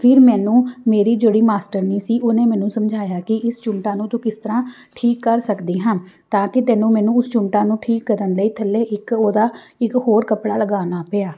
ਫਿਰ ਮੈਨੂੰ ਮੇਰੀ ਜਿਹੜੀ ਮਾਸਟਰਨੀ ਸੀ ਉਹਨੇ ਮੈਨੂੰ ਸਮਝਾਇਆ ਕਿ ਇਸ ਚੁੰਮਟਾ ਨੂੰ ਤੂੰ ਕਿਸ ਤਰ੍ਹਾਂ ਠੀਕ ਕਰ ਸਕਦੀ ਹਾਂ ਤਾਂ ਕਿ ਤੈਨੂੰ ਮੈਨੂੰ ਉਸ ਚੁੰਮਟਾ ਨੂੰ ਠੀਕ ਕਰਨ ਲਈ ਥੱਲੇ ਇੱਕ ਉਹਦਾ ਇੱਕ ਹੋਰ ਕੱਪੜਾ ਲਗਾਉਣਾ ਪਿਆ